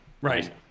right